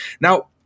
now